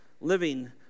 living